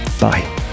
Bye